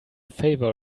favor